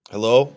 Hello